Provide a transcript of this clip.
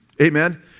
amen